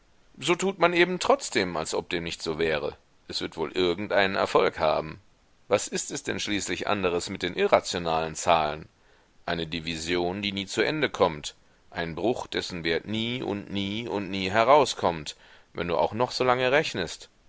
so tut man eben trotzdem als ob dem nicht so wäre es wird wohl irgendeinen erfolg haben was ist es denn schließlich anderes mit den irrationalen zahlen eine division die nie zu ende kommt ein bruch dessen wert nie und nie und nie herauskommt wenn du auch noch so lange rechnest